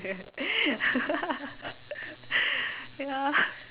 ya